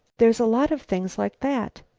there's a lot of things like that.